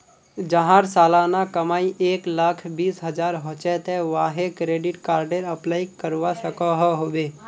जहार सालाना कमाई एक लाख बीस हजार होचे ते वाहें क्रेडिट कार्डेर अप्लाई करवा सकोहो होबे?